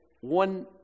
one